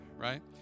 right